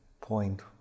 point